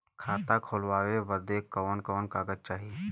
खाता खोलवावे बादे कवन कवन कागज चाही?